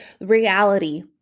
reality